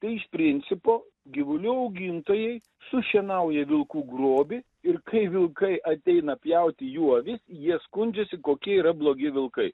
tai iš principo gyvulių augintojai su šienauja vilkų grobį ir kai vilkai ateina pjauti jų avis jie skundžiasi kokie yra blogi vilkai